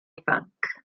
ifanc